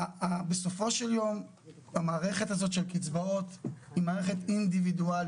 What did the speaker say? בסופו של יום המערכת הזאת של קצבאות היא מערכת אינדיבידואלית.